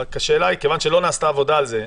כיוון שלא נעשתה עבודה על זה,